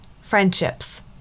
friendships